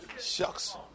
shucks